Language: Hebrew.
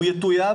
הוא יטוייב,